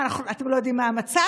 מה, אתם לא יודעים מה המצב?